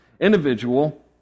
individual